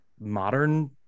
modern